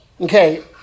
Okay